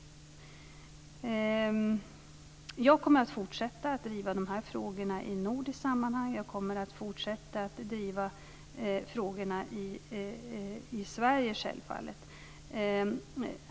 Jag kommer att fortsätta att driva de här frågorna i nordiskt sammanhang och självfallet även i Sverige.